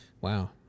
Wow